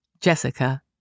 Jessica